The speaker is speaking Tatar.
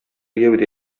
гәүдә